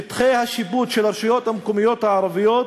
שטחי השיפוט של הרשויות המקומיות הערביות